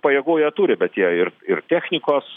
pajėgumų jie turi bet jei ir ir technikos